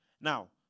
Now